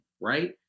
right